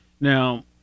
Now